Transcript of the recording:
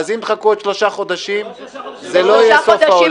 אז אם תחכו שלושה חודשים זה לא יהיה סוף העולם.